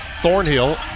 Thornhill